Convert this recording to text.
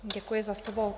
Děkuji za slovo.